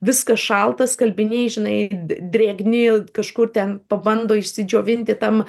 viskas šalta skalbiniai žinai d drėgni kažkur ten pabando išsidžiovinti tam